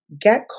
get